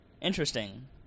interesting